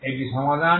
একটি সমাধান